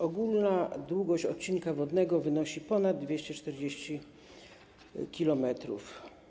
Ogólna długość odcinka wodnego wynosi ponad 240 km.